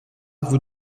vous